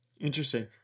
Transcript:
Interesting